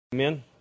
Amen